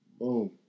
Boom